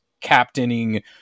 captaining